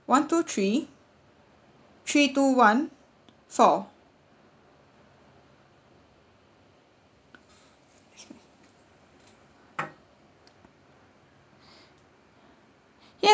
one two three three two one four yes